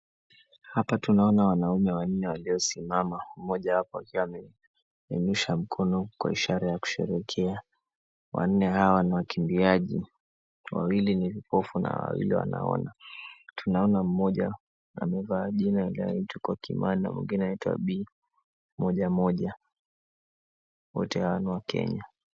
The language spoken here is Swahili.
Hapa tunaona wanaume wanne waliosimama, mmoja wapo akiwa ameinusha mkono kwa ishara ya kusherehekea. Wanne hao ni wakimbiaji, wawili ni vipofu na wawili wanaona. Tunaona mmoja amevaa jina la Ituko Kimani na mwingine anaitwa B moja moja. Wote hawa ni wakenya.